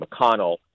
McConnell